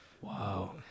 Wow